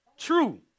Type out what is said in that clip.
True